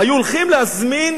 "היו הולכים להזמין